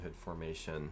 formation